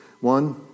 One